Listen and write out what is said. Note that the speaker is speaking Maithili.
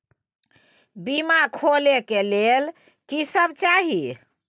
बीमा खोले के लेल की सब चाही?